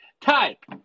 type